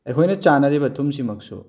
ꯑꯩꯈꯣꯏꯅ ꯆꯥꯟꯅꯔꯤꯕ ꯊꯨꯝꯁꯤꯃꯛꯁꯨ